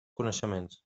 coneixements